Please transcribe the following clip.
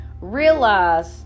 Realize